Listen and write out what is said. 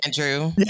Andrew